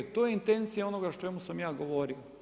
To je intencija onoga o čemu sam ja govorio.